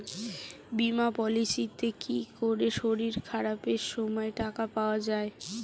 বীমা পলিসিতে কি করে শরীর খারাপ সময় টাকা পাওয়া যায়?